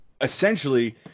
essentially